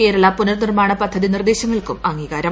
കേരള പുനർനിർമാണ പദ്ധതി നിർദ്ദേശങ്ങൾക്കും അംഗീകാരം